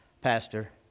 Pastor